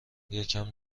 یکم